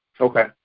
Okay